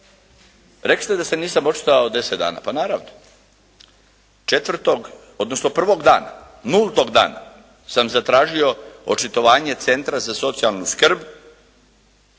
Rekli ste da se nisam očitovao 10 dana, pa naravno četvrtog, odnosno prvog dana, nultog dana sam zatražio očitovanje Centra za socijalnu skrb,